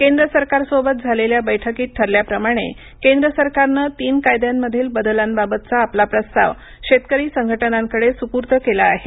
केंद्र सरकारसोबत झालेल्या बैठकीत ठरल्याप्रमाणे केंद्र सरकारनं तीन कायद्यांमधील बदलांबाबतचा आपला प्रस्ताव शेतकरी संघटनांकडे सुपूर्द केला आहे